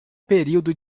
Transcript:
período